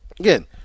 Again